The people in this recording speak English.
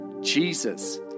Jesus